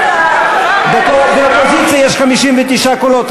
באופוזיציה יש 59 קולות.